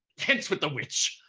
hence with the witch,